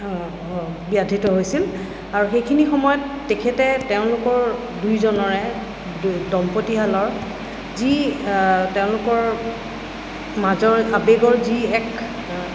ব্যাধিত হৈছিল আৰু সেইখিনি সময়ত তেখেতে তেওঁলোকৰ দুইজনৰে দম্পতীহালৰ যি তেওঁলোকৰ মাজৰ আৱেগৰ যি এক